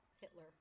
Hitler